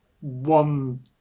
one